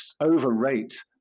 overrate